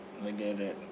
I get it